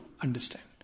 understand